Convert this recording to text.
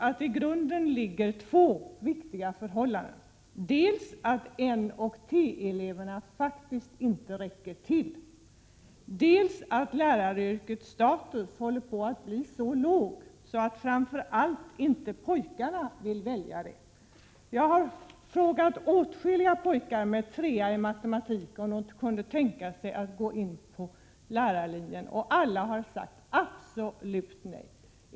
I grunden ligger två viktiga förhållanden. Det är dels det förhållandet att eleverna från N och T-linjerna faktiskt inte räcker till, dels att läraryrkets status håller på att bli så låg att framför allt inte pojkarna vill välja det. Jag har frågat åtskilliga pojkar med betyget tre i matematik om de kunde tänka sig att gå in på lärarlinjen. Alla har svarat: Absolut inte.